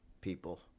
people